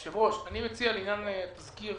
היושב-ראש, אני מציע לעניין תזכיר